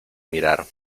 mirar